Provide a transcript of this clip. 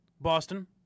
Boston